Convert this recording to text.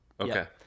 Okay